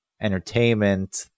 entertainment